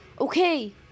Okay